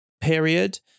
period